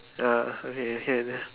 ya okay can